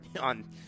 on